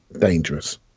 dangerous